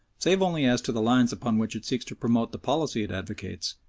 save only as to the lines upon which it seeks to promote the policy it advocates,